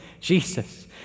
Jesus